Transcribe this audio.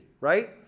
right